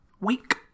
week